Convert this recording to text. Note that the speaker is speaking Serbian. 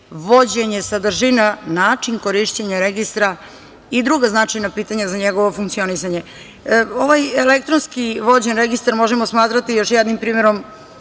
vođenje, sadržina, način korišćenja registra i druga značajna pitanja za njegovo funkcionisanje. Ovaj elektronski vođen registar možemo smatrati još jednim primerom